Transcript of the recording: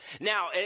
Now